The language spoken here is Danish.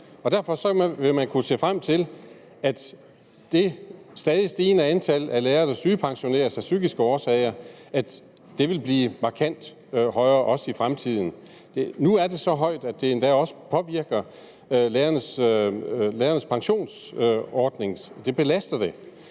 Derfor vil vi kunne se frem til, at det stadig stigende antal af lærere, der sygepensioneres af psykiske årsager, vil blive markant større i fremtiden. Nu er det så højt, at det endda også påvirker lærernes pensionsordning. Det belaster den.